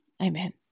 Amen